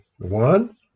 One